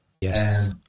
Yes